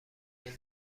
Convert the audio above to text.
این